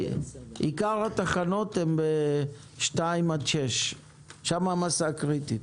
עיקר התחנות הן ביישובים סוציו-אקונומיים 2 עד 6. שם המסה הקריטית.